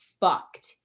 fucked